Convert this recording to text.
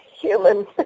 human